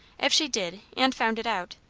if she did, and found it out,